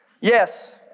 yes